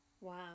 Wow